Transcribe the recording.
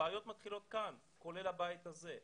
הבעיות מתחילות כאן, כולל הבית הזה.